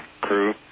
crew